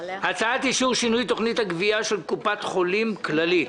על סדר-היום: הצעת אישור שינוי תכניות הגביה של קופת חולים כללית.